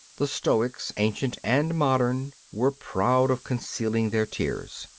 the stoics, ancient and modern, were proud of concealing their tears.